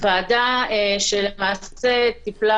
הוועדה שטיפלה